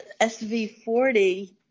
SV40